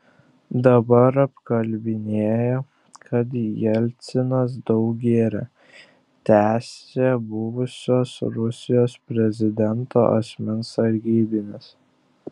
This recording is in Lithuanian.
dabar apkalbinėja kad jelcinas daug gėrė tęsė buvusio rusijos prezidento asmens sargybinis